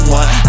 one